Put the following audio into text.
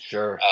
Sure